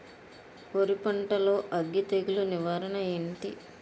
వరి పంటలో అగ్గి తెగులు నివారణ ఏంటి?